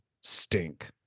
stink